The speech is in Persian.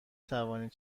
توانید